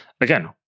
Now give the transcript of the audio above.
Again